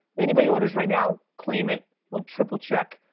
if anybody orders right now, claim it, we'll triple check.